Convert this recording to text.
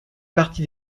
parti